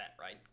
right